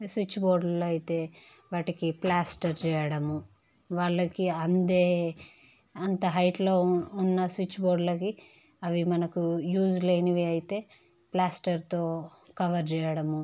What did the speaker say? switch బోర్డ్లు అయితే వాటికి ప్లాస్టర్ చేయడము వాళ్ళకి అందే అంత హైట్లో ఉన్న స్విచ్ బోర్డ్లకు అవి మనకు యూజ్ లేనివి అయితే ప్లాస్టర్తో కవర్ చేయడం